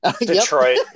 Detroit